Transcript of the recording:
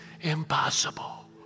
impossible